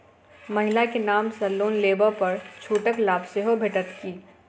महिला केँ नाम सँ लोन लेबऽ पर छुटक लाभ सेहो भेटत की?